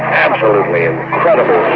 absolutely ah incredible